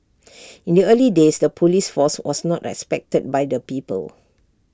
in the early days the Police force was not respected by the people